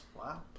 Wow